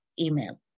email